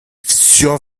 всё